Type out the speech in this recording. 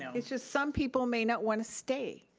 it's just some people may not want to stay.